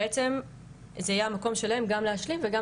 בעצם זה יהיה המקום שלהם גם להשלים וגם